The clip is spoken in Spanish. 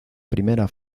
primera